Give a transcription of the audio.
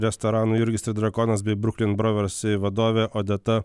restorano jurgis ir drakonas bei brooklyn brothers vadovė odeta